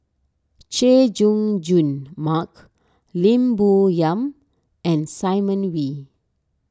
Chay Jung Jun Mark Lim Bo Yam and Simon Wee